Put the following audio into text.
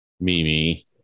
Mimi